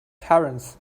parents